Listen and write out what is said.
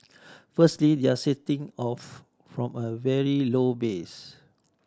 firstly they are off from a very low base